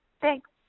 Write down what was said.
thanks